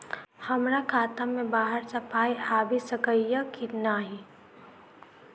हमरा खाता मे बाहर सऽ पाई आबि सकइय की नहि?